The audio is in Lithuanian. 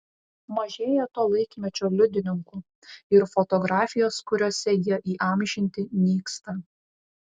mažėja to laikmečio liudininkų ir fotografijos kuriuose jie įamžinti nyksta